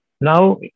now